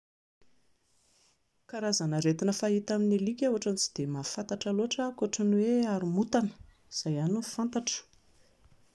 Ny karazana aretina fahita amin'ny alika ohatran'ny tsy dia mahafantatra loatra aho ankoatran'ny hoe aromontana. Izay ihany no fantatro